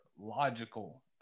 logical